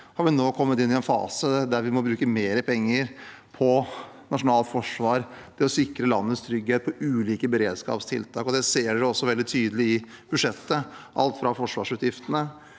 vi nå kommet inn i en fase der vi må bruke mer penger på nasjonalt forsvar og å sikre landets trygghet med ulike beredskapstiltak. Det ser man også veldig tydelig i budsjettet når det gjelder alt fra forsvarsutgiftene